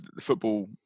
football